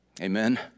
Amen